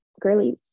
girlies